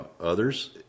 others